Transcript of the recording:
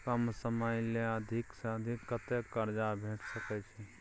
कम समय ले अधिक से अधिक कत्ते कर्जा भेट सकै छै?